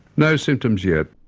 no symptoms yet.